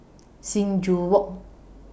Sing Joo Walk